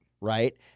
right